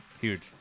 Huge